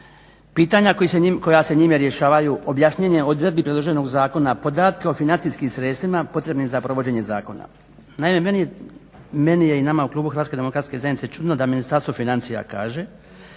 Pitanja koja se njime rješavaju objašnjen je u odredbi predloženog zakona podatke o financijskim sredstvima za provođenje zakona. Naime, meni je i nama u klubu HDZ-a čudno da Ministarstvo financija kaže